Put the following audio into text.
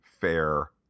fair